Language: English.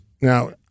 Now